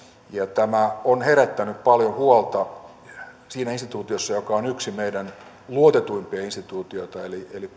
tämä on herättänyt paljon huolta sen instituution joka on yksi meidän luotetuimpia instituutioita eli eli